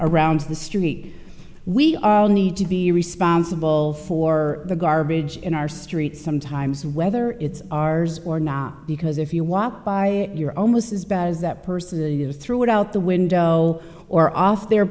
around the street we all need to be responsible for the garbage in our street sometimes whether it's ours or not because if you walk by your own was as bad as that person is threw it out the window or off their